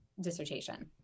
dissertation